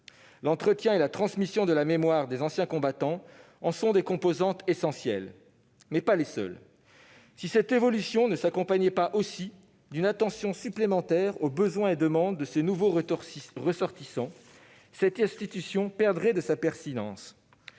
L'entretien et la transmission de la mémoire des anciens combattants en sont des composantes essentielles, mais pas les seules. Si cette évolution ne s'accompagnait pas, aussi, d'une attention supplémentaire aux besoins et demandes de ses nouveaux ressortissants, cette institution perdrait de sa pertinence.